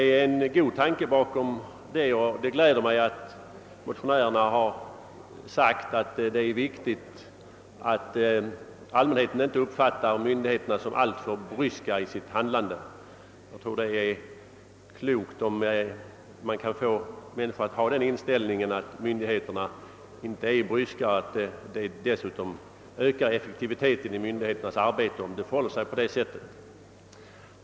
Tanken bakom detta förslag är god, och jag gläder mig över motionärernas uttalande att det är viktigt att allmänheten inte uppfattar myndigheterna som alltför bryska i sitt handlande. Det är klokt att sträva efter att ge medborgarna den inställningen, att myndigheterna inte är bryska. Dessutom ökar effektiviteten i myndigheternas arbete om vi förfar på detta sätt.